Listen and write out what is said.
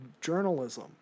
journalism